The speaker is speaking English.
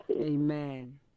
Amen